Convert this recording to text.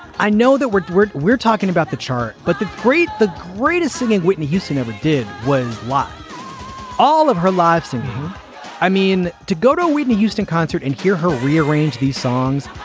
i know that we're we're we're talking about the chart, but the great the greatest singing whitney houston ever did was lost all of her lives. and i mean, to go to a whitney houston concert and hear her rearrange these songs,